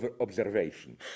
observation